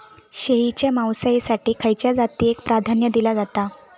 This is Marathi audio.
शेळीच्या मांसाएसाठी खयच्या जातीएक प्राधान्य दिला जाता?